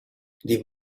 die